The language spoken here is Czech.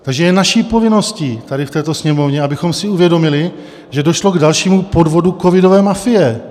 Takže je naší povinností tady v této Sněmovně, abychom si uvědomili, že došlo k dalšímu podvodu covidové mafie.